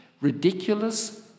ridiculous